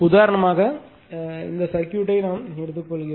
உதாரணமாக எடுத்துக்காட்டாக இந்த சர்க்யூட் எடுத்துக் கொள்ளுங்கள்